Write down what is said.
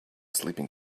sleeping